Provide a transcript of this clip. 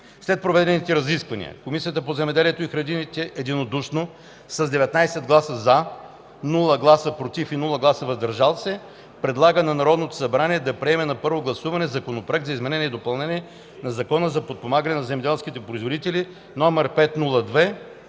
След проведените разисквания Комисията по земеделието и храните единодушно с 19 гласа „за”, без „против” и „въздържали се” предлага на Народното събрание да приеме на първо гласуване Законопроект за изменение и допълнение на Закона за подпомагане на земеделските производители, №